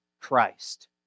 Christ